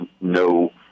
no